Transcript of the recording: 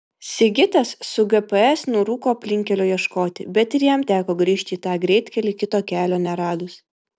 sigitas su gps nurūko aplinkkelio ieškoti bet ir jam teko grįžti į tą greitkelį kito kelio neradus